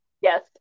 Yes